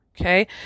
Okay